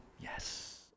Yes